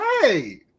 hey